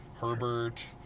Herbert